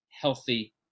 healthy